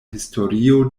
historio